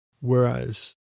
Whereas